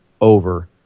over